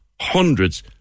hundreds